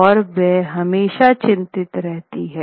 और वह हमेशा चिंतित रहती है